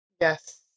Yes